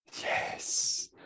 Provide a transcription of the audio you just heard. yes